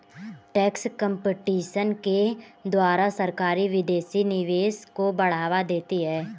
tax competition के द्वारा सरकारी विदेशी निवेश को बढ़ावा देती है